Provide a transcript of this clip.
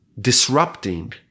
disrupting